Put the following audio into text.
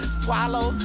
swallow